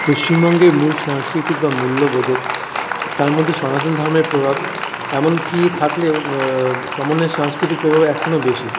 পশ্চিমবঙ্গের মূল সাংস্কৃতিক বা মূল্যবোধের তার মধ্যে সনাতন ধর্মের প্রভাব এমনকি থাকলেও সমন্বয় সাংস্কৃতিক প্রভাব এখনও বেশি